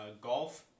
golf